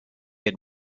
had